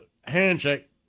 handshake